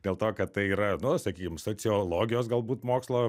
dėl to kad tai yra nu sakykim sociologijos galbūt mokslo